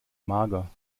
mager